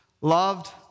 loved